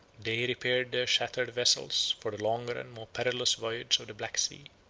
they repaired their shattered vessels for the longer and more perilous voyage of the black sea.